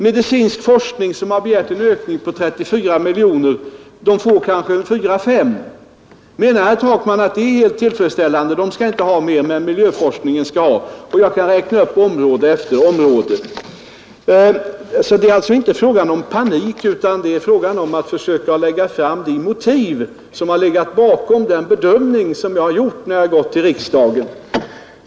Medicinska forskningsrådet har begärt en ökning på 34 miljoner kronor och får kanske 4 eller 5 miljoner. Menar herr Takman att detta är helt tillfredsställande och att medicinsk forskning inte skall ha mera pengar medan däremot miljövårdsforskningen skall ha? Jag kan räkna upp område efter område. Det är inte fråga om panik, utan det är fråga om att försöka lägga fram de motiv som ligger bakom den bedömning som jag gjort när jag gått till riksdagen.